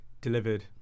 delivered